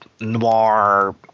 noir